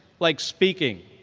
like speaking.